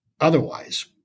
otherwise